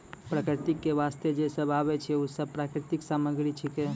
प्रकृति क वास्ते जे सब आबै छै, उ सब प्राकृतिक सामग्री छिकै